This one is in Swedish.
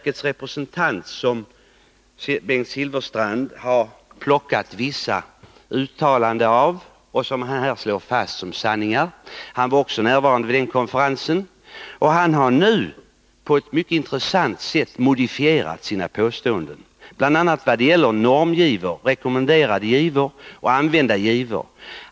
Men den representant från naturvårdsverket som Bengt Silfverstrand plockat vissa uttalanden från, vilka här slås fast som sanningar, var också närvarande vid konferensen, och han har nu på ett mycket intressant sätt modifierat sina påståenden bl.a. i vad det gäller normgivor, rekommenderade givor, och använda givor.